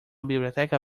biblioteca